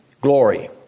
glory